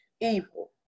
evil